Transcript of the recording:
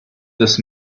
this